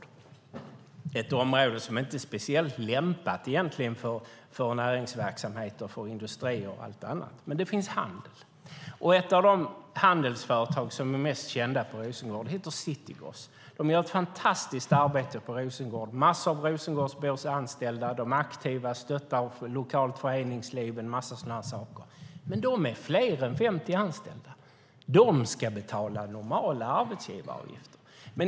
Det är ett område som egentligen inte är speciellt lämpat för näringsverksamhet, industrier och allt annat, men det finns handel. Ett av de handelsföretag som är mest kända i Rosengård heter Citygross. Det gör ett fantastiskt arbete i Rosengård. Massor av Rosengårdsbor är anställda. Det är aktivt och stöttar lokalt föreningsliv, och en massa sådana saker. Det har fler än 50 anställda. Det ska betala normala arbetsgivaravgifter.